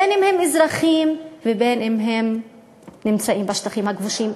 בין שהם אזרחים ובין שהם נמצאים בשטחים הכבושים.